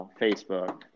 Facebook